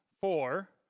four